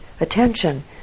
attention